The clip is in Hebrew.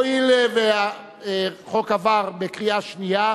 הואיל והחוק עבר בקריאה שנייה,